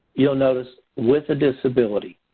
you'll notice with a disability.